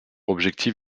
objectif